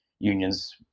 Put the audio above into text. Unions